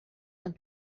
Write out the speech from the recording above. and